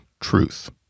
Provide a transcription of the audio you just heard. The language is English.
Truth